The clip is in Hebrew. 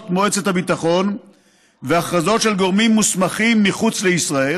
מועצת הביטחון והכרזות של גורמים מוסמכים מחוץ לישראל,